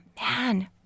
man